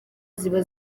ziba